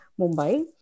Mumbai